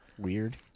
Weird